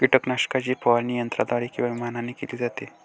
कीटकनाशकाची फवारणी यंत्राद्वारे किंवा विमानाने केली जाते